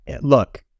look